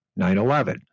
9-11